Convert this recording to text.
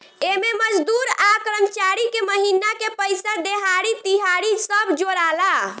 एमे मजदूर आ कर्मचारी के महिना के पइसा, देहाड़ी, तिहारी सब जोड़ाला